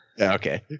Okay